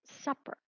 supper